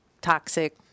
toxic